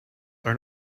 are